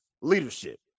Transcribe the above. leadership